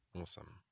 Awesome